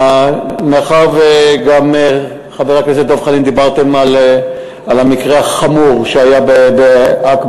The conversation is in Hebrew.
מאחר שגם חבר הכנסת דב חנין וגם אתה דיברתם על המקרה החמור שהיה בעכברה,